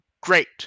great